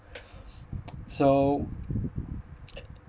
so